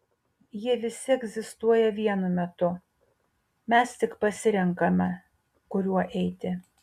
jie visi egzistuoja vienu metu mes tik pasirenkame kuriuo eiti